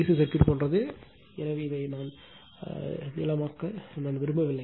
C circuit போன்றது எனவே மிக நீளமாக்க நான் விரும்பவில்லை